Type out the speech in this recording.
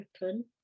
open